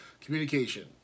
Communication